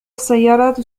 السيارات